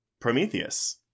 Prometheus